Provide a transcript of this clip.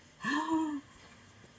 !huh!